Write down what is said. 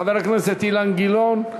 חבר הכנסת אילן גילאון,